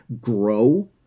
grow